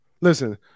Listen